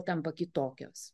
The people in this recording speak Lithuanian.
tampa kitokios